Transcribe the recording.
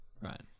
Right